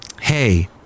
Hey